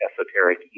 esoteric